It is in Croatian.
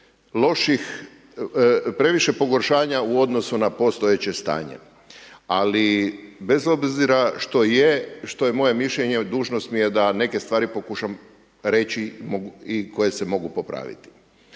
loših, previše pogoršanja u odnosu na postojeće stanje. Ali bez obzira što je, što je moje mišljenje, dužnost mi je da neke stvari pokušam reći i koje se mogu popraviti.